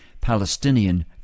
Palestinian